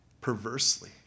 perversely